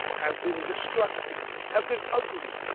have been destructive, have been ugly.